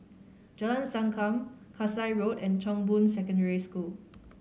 Jalan Sankam Kasai Road and Chong Boon Secondary School